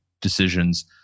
decisions